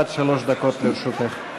עד שלוש דקות לרשותך.